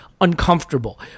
uncomfortable